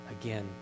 again